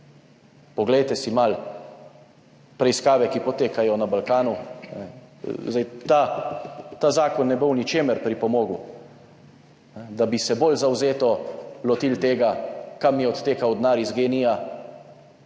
Poglejte si malo preiskave, ki potekajo na Balkanu. Ta zakon ne bo v ničemer pripomogel, da bi se bolj zavzeto lotili tega, kam je odtekal denar iz Gen-I,